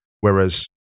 Whereas